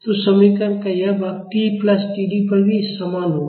तो समीकरण का यह भाग t प्लस T D पर भी समान होगा